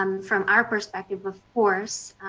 from our perspective, of course,